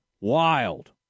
Wild